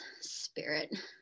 spirit